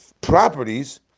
properties